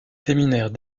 séminaires